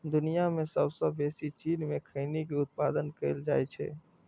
दुनिया मे सबसं बेसी चीन मे खैनी के उत्पादन कैल जाइ छै